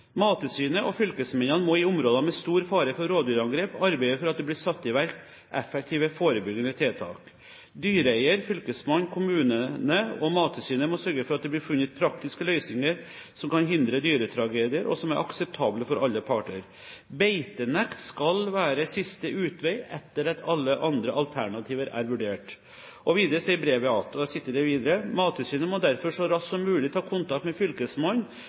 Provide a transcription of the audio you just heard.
og fylkesmennene må i områder med stor fare for rovdyrangrep arbeide for at det blir satt i verk effektive forebyggende tiltak. Dyreeier, fylkesmann, kommune og Mattilsynet må sørge for at det blir funnet praktiske løsninger som kan hindre dyretragedier og som er akseptable for alle parter. Beitenekt skal være siste utvei etter at andre alternativer er vurdert.» Videre sies det i brevet: «Mattilsynet må derfor så raskt som mulig ta kontakt med fylkesmannen